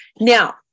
Now